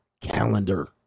calendar